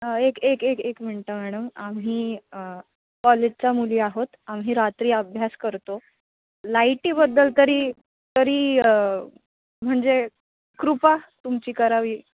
एक एक एक एक मिनटं मॅडम आम्ही कॉलेजच्या मुली आहोत आम्ही रात्री अभ्यास करतो लाईटीबद्दल तरी तरी म्हणजे कृपा तुमची करावी